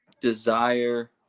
Desire